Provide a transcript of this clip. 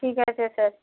ঠিক আছে স্যার